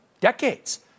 decades